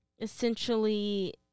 essentially